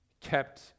kept